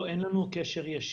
אין בעיה.